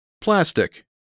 Plastic